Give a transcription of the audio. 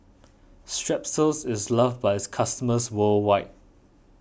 Strepsils is loved by its customers worldwide